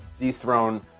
dethrone